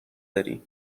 داری